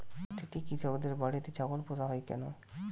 প্রতিটি কৃষকদের বাড়িতে ছাগল পোষা হয় কেন?